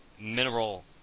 mineral